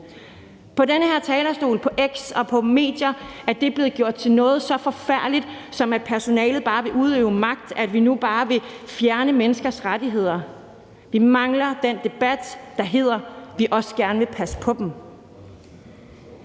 På den her talerstol og på X og på medier er det blevet gjort til noget så forfærdeligt som, at personalet bare vil udøve magt, at vi nu bare vil fjerne menneskers rettigheder. Vi mangler den debat, der hedder, at vi også gerne vil passe på dem.